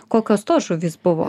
kokios tos žuvys buvo